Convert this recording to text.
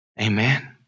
Amen